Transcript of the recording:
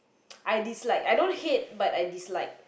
I dislike I don't hate but I dislike